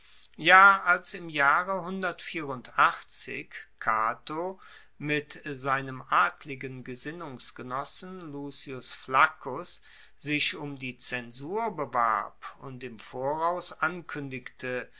ja als im jahre cato mit seinem adligen gesinnungsgenossen lucius flaccus sich um die zensur bewarb und im voraus ankuendigte